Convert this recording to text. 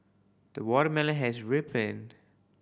the watermelon has ripened